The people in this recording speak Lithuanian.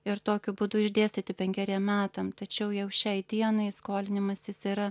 ir tokiu būdu išdėstyti penkeriem metam tačiau jau šiai dienai skolinimasis yra